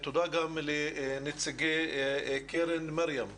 תודה גם לנציגי קרן 'מרים',